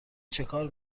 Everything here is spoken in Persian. چکار